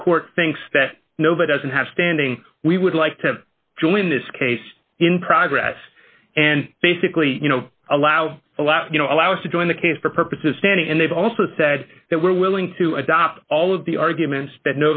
the court thinks that no but as it has standing we would like to join this case in progress and basically you know allow a lot you know allow us to join the case for purposes standing and they've also said that we're willing to adopt all of the arguments that